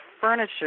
furniture